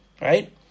Right